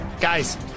Guys